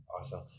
awesome